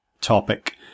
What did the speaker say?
topic